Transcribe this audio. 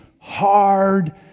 hard